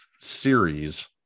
series